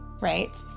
right